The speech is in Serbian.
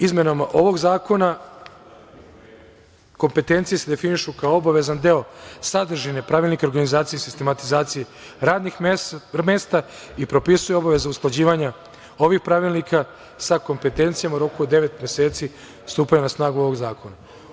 Izmenama ovog zakona kompetencije se definišu kao obavezan deo sadržine Pravilnika o organizaciji i sistematizaciji radnih mesta i propisuje obaveze usklađivanja ovih pravilnika sa kompetencijama u roku od devet meseci od stupanja na snagu ovog zakona.